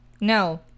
No